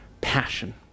passion